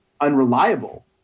unreliable